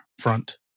front